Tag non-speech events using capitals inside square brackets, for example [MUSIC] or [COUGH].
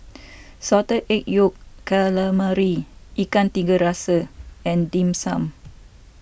[NOISE] Salted Egg Yolk Calamari Ikan Tiga Rasa and Dim Sum